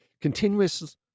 continuous